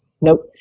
Nope